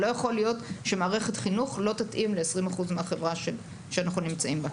לא יכול להיות שמערכת חינוך לא תתאים ל-20% מהחברה שאנחנו נמצאים בה.